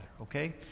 okay